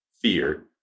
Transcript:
fear